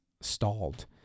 stalled